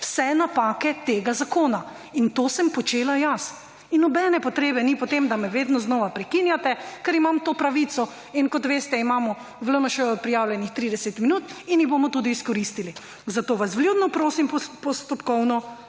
vse napake tega zakona. In to sem počela jaz. In nobene potrebe ni po tem, da me vedno znova prekinjate, ker imam to pravico. In kot veste, imamo v LMŠ prijavljenih 30 minut in jih bomo tudi izkoristili. Zato vas vljudno prosim postopkovno,